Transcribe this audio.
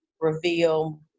reveal